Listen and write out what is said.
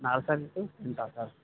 nursery to టెన్తా sir